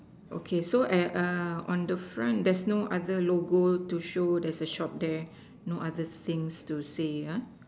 okay so eh err on the front there's no other logo to show there's a shop there no other thing to say ah